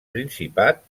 principat